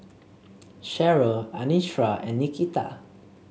Sherryl Anitra and Nikita